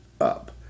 up